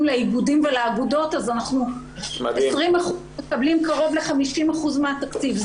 לאיגודים ולאגודות אז 20% מקבלים קרוב ל-50% מהתקציב.